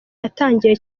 yatangiye